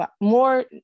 more